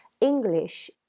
english